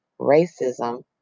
racism